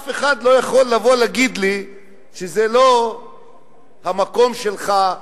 אף אחד לא יכול לבוא ולהגיד לי שזה לא המקום שלך,